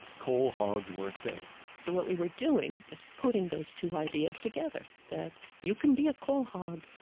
coal hogs work safe. so what we were doing is putting those two ideas together that you can be a coal hog,